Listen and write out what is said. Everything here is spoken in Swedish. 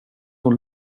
hon